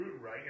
right